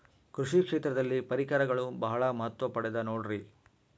ಕೃಷಿ ಕ್ಷೇತ್ರದಲ್ಲಿ ಪರಿಕರಗಳು ಬಹಳ ಮಹತ್ವ ಪಡೆದ ನೋಡ್ರಿ?